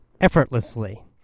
effortlessly